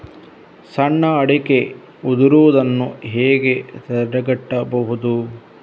ಸಣ್ಣ ಅಡಿಕೆ ಉದುರುದನ್ನು ಹೇಗೆ ತಡೆಗಟ್ಟಬಹುದು?